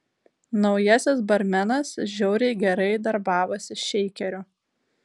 naujasis barmenas žiauriai gerai darbavosi šeikeriu